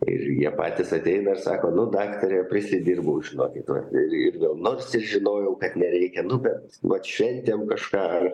ir jie patys ateina ir sako nu daktare prisidirbau žinokit vat ir ir gal nors žinojau kad nereikia nu bet vat šventėm kažką ar